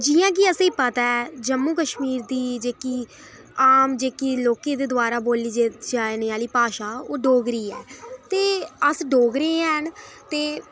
जि'यां के असें ई पता ऐ जम्मू कश्मीर दी जेह्की आम जेह्की लोकें दे दवारा बोल्ली जाने आह्ली भाशा ओह् डोगरी ऐ ते अस डोगरे आं